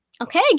Okay